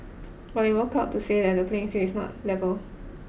but they woke up to say that the playing field is not level